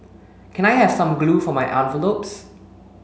can I have some glue for my envelopes